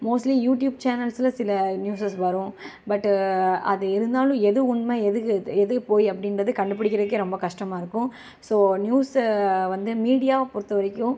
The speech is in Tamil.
மோஸ்ட்லி யூடியூப் சேனல்ஸ்ல சில நியூஸஸ் வரும் பட் அது இருந்தாலும் எது உண்மை எது எது பொய் அப்படின்றது கண்டுபிடிக்கிறதுக்கே ரொம்ப கஷ்டமாக இருக்கும் ஸோ நியூஸை வந்து மீடியாவை பொருத்தவரைக்கும்